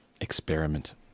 experiment